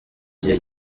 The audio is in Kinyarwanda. gihe